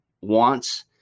wants